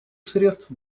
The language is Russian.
средств